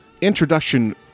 introduction